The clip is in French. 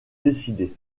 décider